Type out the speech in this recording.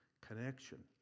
connection